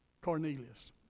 Cornelius